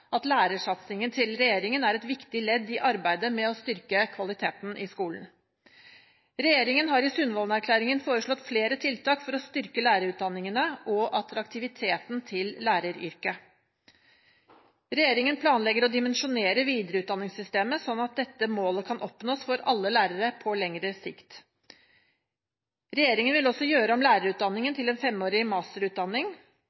at lærersatsingen til regjeringen er et viktig ledd i arbeidet med å styrke kvaliteten i skolen. Regjeringen har i Sundvolden-erklæringen foreslått flere tiltak for å styrke lærerutdanningene og attraktiviteten til læreryrket. Regjeringen planlegger å dimensjonere videreutdanningssystemet slik at dette målet kan oppnås for alle lærere på lengre sikt. Regjeringen vil også gjøre om